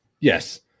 Yes